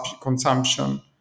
consumption